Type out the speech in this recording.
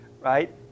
right